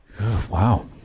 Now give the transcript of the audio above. Wow